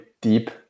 deep